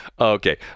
okay